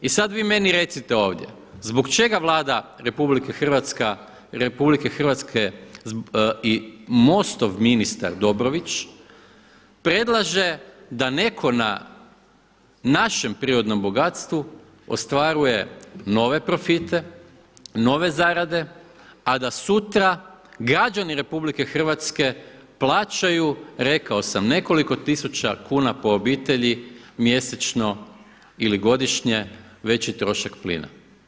I sad vi meni recite ovdje zbog čega Vlada RH i MOST-ov ministar Dobrović predlaže da netko na našem prirodnom bogatstvu ostvaruje nove profite, nove zarade, a da sutra građani Republike Hrvatske plaćaju rekao sam nekoliko tisuća kuna po obitelji mjesečno ili godišnje veći trošak plina.